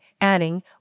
adding